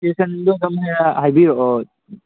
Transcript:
ꯁ꯭ꯇꯦꯁꯟꯁꯨ ꯑꯗꯨꯝ ꯍꯥꯏꯕꯤꯔꯛꯑꯣ